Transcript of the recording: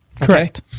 Correct